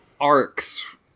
arcs